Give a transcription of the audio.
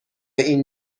این